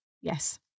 Yes